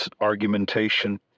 argumentation